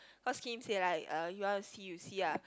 because Kim say like uh you want to see you see ah